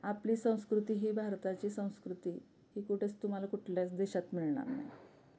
आपली संस्कृती ही भारताची संस्कृती ही कुठेच तुम्हाला कुठल्याच देशात मिळणार नाही